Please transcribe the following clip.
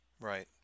Right